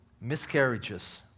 miscarriages